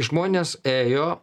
žmonės ėjo